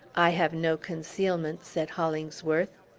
i have no concealments, said hollingsworth.